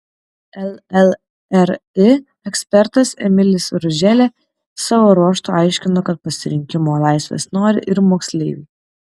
llri ekspertas emilis ruželė savo ruožtu aiškino kad pasirinkimo laivės nori ir moksleiviai